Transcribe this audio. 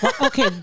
Okay